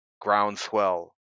groundswell